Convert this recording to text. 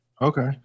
Okay